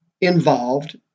involved